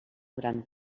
gran